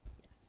yes